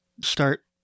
start